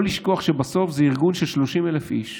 לא לשכוח שבסוף זה ארגון של 30,000 איש,